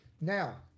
Now